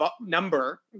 number